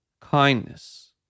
kindness